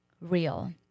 real